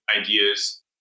ideas